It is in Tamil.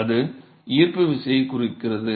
அது ஈர்ப்பு விசையைக் குறிக்கிறது